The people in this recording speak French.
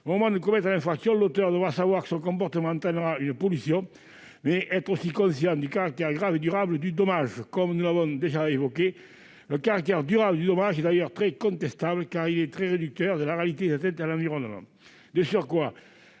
Au moment de commettre l'infraction, l'auteur devra savoir que son comportement entraînera une pollution, mais aussi être conscient du caractère grave et durable du dommage. Comme nous l'avons déjà évoqué, le caractère durable du dommage est très contestable, car il est très réducteur de la réalité des atteintes à l'environnement. De surcroît,